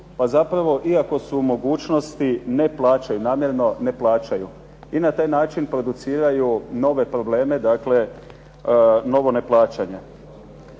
pa zapravo iako su u mogućnosti ne plaćaju, namjerno ne plaćaju i na taj način produciraju nove probleme, dakle novo neplaćanje.